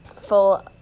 full